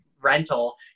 rental